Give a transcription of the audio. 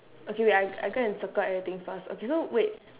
okay wait I I go and circle everything first okay so wait